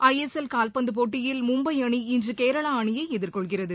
ஐ S L கால்பந்தபோட்டியில் மும்பை அணி இன்றுகேரளாஅணியைஎதிர்கொள்கிறது